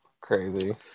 crazy